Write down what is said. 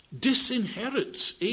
disinherits